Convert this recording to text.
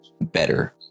better